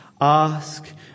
ask